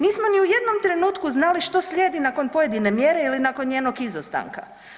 Nismo ni u jednom trenutku znali što slijedi nakon pojedine mjere ili nakon njenog izostanka.